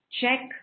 check